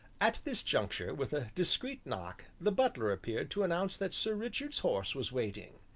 at this juncture, with a discreet knock, the butler appeared to announce that sir richard's horse was waiting.